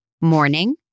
Morning